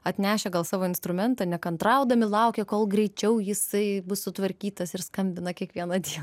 atnešę gal savo instrumentą nekantraudami laukia kol greičiau jisai bus sutvarkytas ir skambina kiekvieną dieną